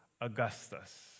Augustus